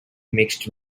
mixed